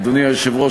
אדוני היושב-ראש,